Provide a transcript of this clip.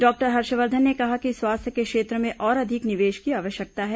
doctor Harshvardhan ने कहा कि स्वास्थ्य क्षेत्र में और अधिक निवेश की आवश्यकता है